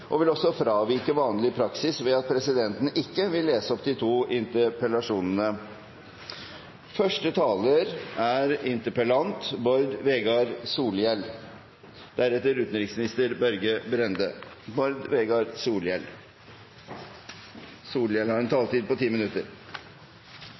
og vil også fravike vanlig praksis ved at presidenten ikke vil lese opp de to interpellasjonene.